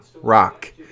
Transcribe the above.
Rock